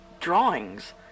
drawings